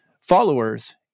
followers